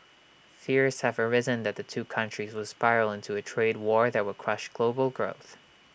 fears have arisen that the two countries will spiral into A trade war that will crush global growth